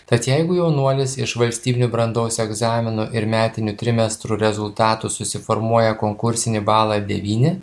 tad jeigu jaunuolis iš valstybinių brandos egzaminų ir metinių trimestrų rezultatų susiformuoja konkursinį balą devyni